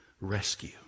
rescue